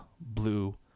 blue